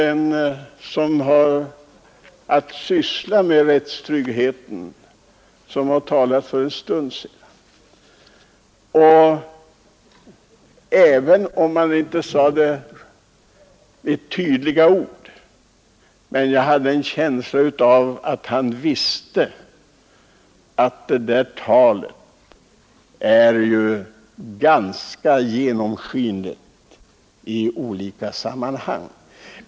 En som har att syssla med rättstryggheten talade ju för en stund sedan, och även om han inte sade det i tydliga ord hade jag en känsla av att han visste att det där talet är ganska genomskinligt i olika sammanhang.